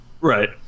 Right